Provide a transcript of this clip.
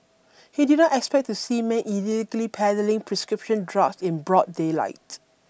he did not expect to see men illegally peddling prescription drugs in broad daylight